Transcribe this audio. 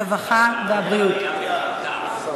הרווחה והבריאות.